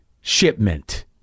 shipment